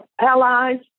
allies